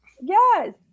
yes